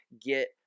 get –